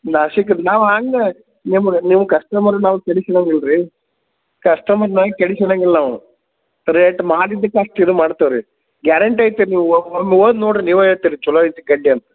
ನಾಸಿಕದ ನಾವು ಹಾಂಗ ನಿಮಗೆ ನಿಮ್ಮ ಕಸ್ಟಮರ್ ನಾವು ಕೆಡಿಸಿವಂಗೆ ಇಲ್ರಿ ಕಸ್ಟಮರ್ನಾ ಕೆಡಿಸಿವಂಗಿಲ್ಲ ನಾವು ರೇಟ್ ಮಾಡಿದಕ್ಕ ಅಷ್ಟಿದ ಮಾಡ್ತೀವಿ ರೀ ಗ್ಯಾರಂಟಿ ಐತೆ ನೀವು ಹೋಗಿ ನೋಡ್ರಿ ನೀವು ಹೇಳ್ತೀರಿ ಚಲೋ ಐತಿ ಗಡ್ಡಿ ಅಂತ